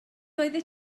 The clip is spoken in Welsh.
oeddet